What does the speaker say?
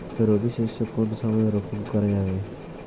রবি শস্য কোন সময় রোপন করা যাবে?